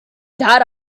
that